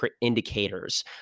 indicators